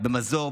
במזור,